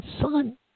son